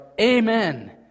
amen